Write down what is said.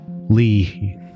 Lee